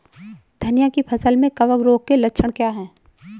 धनिया की फसल में कवक रोग के लक्षण क्या है?